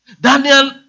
Daniel